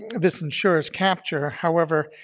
this ensures capture, however,